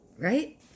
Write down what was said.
Right